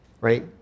right